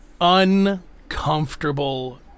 Uncomfortable